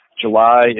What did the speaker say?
July